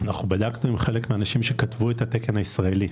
בדקנו עם חלק מהאנשים שכתבו את התקן הישראלי.